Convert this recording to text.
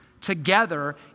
together